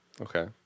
Okay